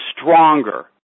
stronger